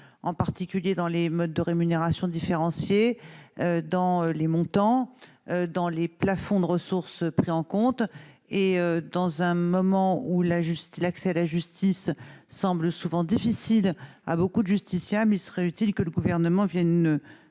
en particulier dans les modes de rémunération différenciée dans les montants dans les plafonds de ressources pris en compte et dans un moment où la juste l'accès à la justice semble souvent difficile à beaucoup de justiciables, il serait utile que le gouvernement Vienne